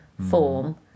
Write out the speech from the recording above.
form